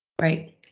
Right